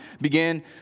began